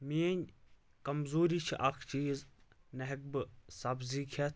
میٲنۍ کمزوٗری چھِ اکھ چیٖز نہ ہٮ۪کہٕ بہٕ سبزی کھٮ۪تھ